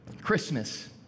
Christmas